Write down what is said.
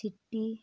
city